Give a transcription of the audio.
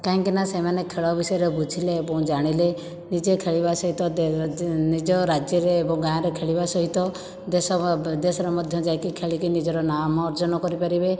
କାହିଁକି ନା ସେମାନେ ଖେଳ ବିଷୟରେ ବୁଝିଲେ ଏବଂ ଜାଣିଲେ ନିଜେ ଖେଳିବା ସହିତ ନିଜ ରାଜ୍ୟରେ ଏବଂ ଗାଁରେ ଖେଳିବା ସହିତ ଦେଶ ବା ବିଦେଶରେ ମଧ୍ୟ ଯାଇକି ଖେଳିକି ନିଜର ନାମ ଅର୍ଜନ କରି ପାରିବେ